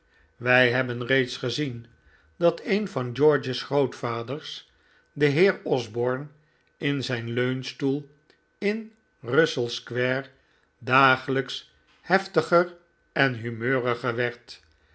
wij hebben reeds gezien dat een van george's grootvaders de heer osborne in zijn leunstoel in russell square dagelijks heftiger en humeuriger werd